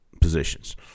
positions